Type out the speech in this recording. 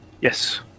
Yes